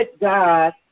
God